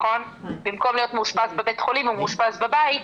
במקום להיות מאושפז בבית חולים הוא מאושפז בבית,